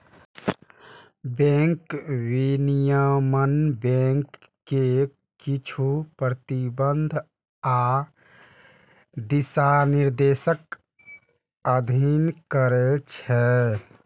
bank विनियमन bank कें किछु प्रतिबंध आ दिशानिर्देशक अधीन करै छै